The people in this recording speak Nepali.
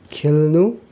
खेल्नु